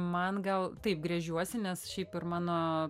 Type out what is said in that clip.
man gal taip gręžiuosi nes šiaip ir mano